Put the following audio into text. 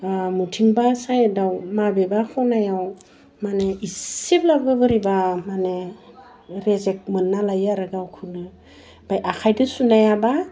बबेथिंबा साइदाव माबेबा खनायाव माने इसेब्लाबो बोरैबा माने रेजेक मोन्ना लायो आरो गावखौनो ओमफ्राय आखाइदो सुनायाबा